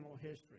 history